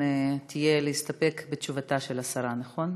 תהיה להסתפק בתשובתה של השרה, נכון?